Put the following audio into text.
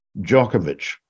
Djokovic